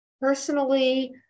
Personally